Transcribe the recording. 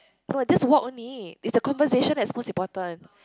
no just walk only it's the conversation that's the most important